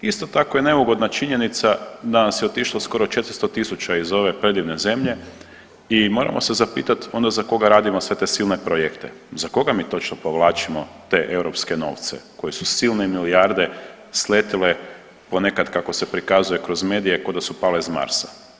Isto tako je neugodna činjenica da nas je otišlo skoro 400.000 iz ove predivne zemlje i moramo se zapitat onda za koga radimo sve te silne projekte, za koga mi točno povlačimo te europske novce koje su silne milijarde sletile ponekad kako se prikazuje kroz medije ko da su pale s Marsa.